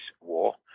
war